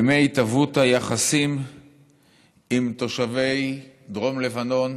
ימי התהוות היחסים עם תושבי דרום לבנון